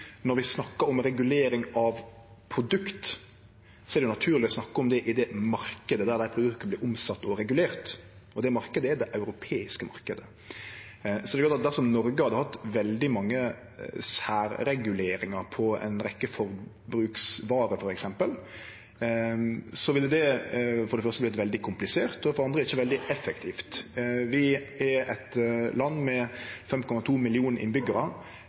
når vi snakkar om regulering av produkt, er det naturleg å snakke om det i den marknaden der produkta blir omsette og regulerte, og den marknaden er den europeiske marknaden. Dersom Noreg hadde hatt veldig mange særreguleringar på f.eks. ei rekkje forbruksvarer, ville det for det første ha blitt veldig komplisert, og for det andre ikkje veldig effektivt. Vi er eit land med 5,2 millionar